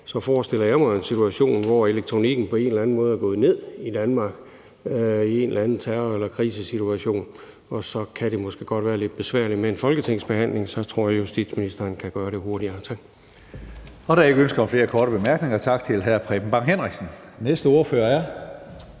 forestiller jeg mig er en situation, hvor elektronikken på en eller anden måde er gået ned i Danmark, en eller anden terror- eller krisesituation, og så kan det måske godt være lidt besværligt med en folketingsbehandling; der tror jeg, justitsministeren kan gøre det hurtigere. Tak. Kl. 16:10 Tredje næstformand (Karsten Hønge): Der er ikke ønske om flere korte bemærkninger. Tak til hr. Preben Bang Henriksen. Næste ordfører er